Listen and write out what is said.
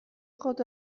خود